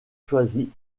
choisis